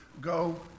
go